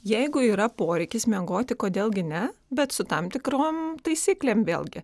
jeigu yra poreikis miegoti kodėl gi ne bet su tam tikrom taisyklėm vėlgi